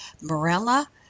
Morella